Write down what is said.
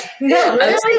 No